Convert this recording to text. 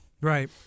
Right